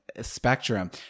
spectrum